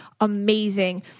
amazing